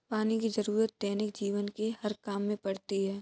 पानी की जरुरत दैनिक जीवन के हर काम में पड़ती है